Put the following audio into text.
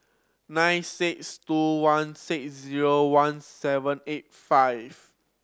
nine six two one six zero one seven eight five